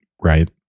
right